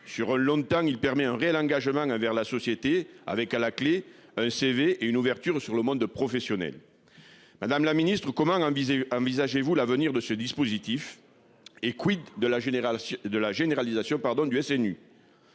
sur longtemps il permet un réel engagement envers la société avec à la clé. CV et une ouverture sur le monde de professionnel. Madame la Ministre commun visés envisagez-vous l'avenir de ce dispositif. Et quid de la générale de la